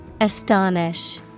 Astonish